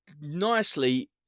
nicely